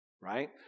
right